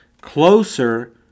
closer